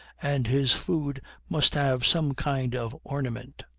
and his food must have some kind of ornament,